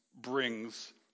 brings